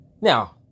Now